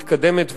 מתקדמת וראויה.